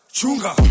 Chunga